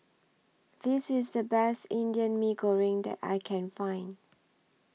This IS The Best Indian Mee Goreng that I Can Find